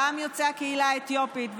גם יוצאי הקהילה האתיופית.